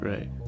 Right